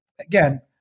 again